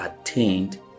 attained